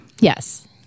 Yes